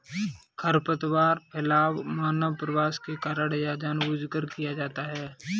खरपतवार फैलाव मानव प्रवास के कारण या जानबूझकर किया जाता हैं